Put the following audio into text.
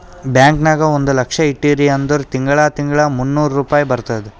bank ನಾಗ್ ಒಂದ್ ಲಕ್ಷ ಇಟ್ಟಿರಿ ಅಂದುರ್ ತಿಂಗಳಾ ತಿಂಗಳಾ ಮೂನ್ನೂರ್ ರುಪಾಯಿ ಬರ್ತುದ್